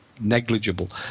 negligible